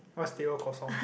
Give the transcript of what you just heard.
what's Teh-O Kosong